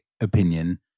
opinion